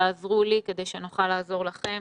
תעזרו לי כדי שנוכל לעזור לכם.